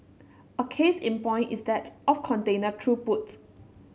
a case in point is that of container throughput